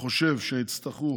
חושב שיצטרכו